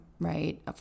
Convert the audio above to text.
Right